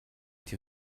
die